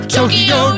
Tokyo